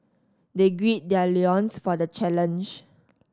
they gird their loins for the challenge